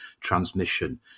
transmission